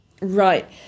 Right